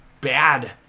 bad